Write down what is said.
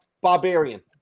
barbarian